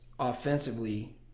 offensively